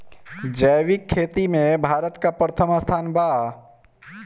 जैविक खेती में भारत का प्रथम स्थान बा